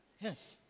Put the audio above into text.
Yes